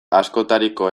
askotariko